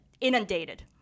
inundated